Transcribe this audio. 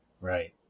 Right